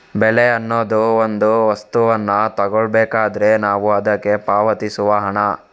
ಬೆಲೆ ಅನ್ನುದು ಒಂದು ವಸ್ತುವನ್ನ ತಗೊಳ್ಬೇಕಾದ್ರೆ ನಾವು ಅದ್ಕೆ ಪಾವತಿಸುವ ಹಣ